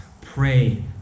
Pray